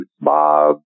Bob